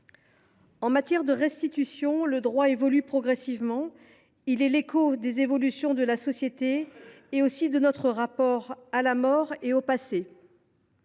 En matière de restitution, le droit évolue progressivement ; il est l’écho des évolutions de la société, ainsi que de notre rapport à la mort et au passé.